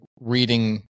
reading